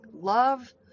love